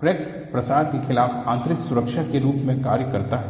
crack प्रसार के खिलाफ आन्तरिक सुरक्षा के रूप में कार्य करता है